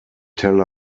tel